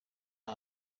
aho